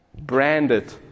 Branded